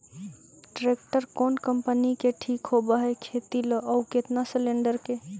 Tractor कोन company के ठीक होब है खेती ल औ केतना सलेणडर के?